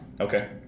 Okay